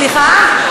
סליחה?